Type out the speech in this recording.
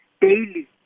daily